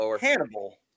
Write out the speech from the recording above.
Hannibal